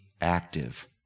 active